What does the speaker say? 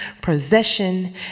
possession